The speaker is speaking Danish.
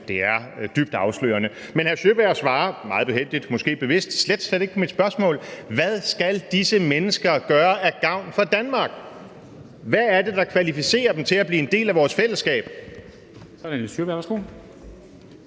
Det er dybt afslørende. Men hr. Sjøberg svarer meget behændigt – måske bevidst – slet, slet ikke på mit spørgsmål. Hvad skal disse mennesker gøre af gavn for Danmark? Hvad er det, der kvalificerer dem til at blive en del af vores fællesskab?